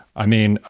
i mean,